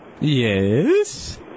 Yes